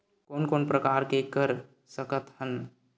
कोन कोन प्रकार के कर सकथ हन?